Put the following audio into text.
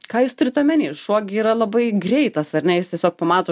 ką jūs turit omeny šuo gi yra labai greitas ar ne jis tiesiog pamato